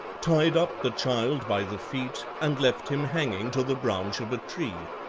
tied up the child by the feet and left him hanging to the branch of a tree.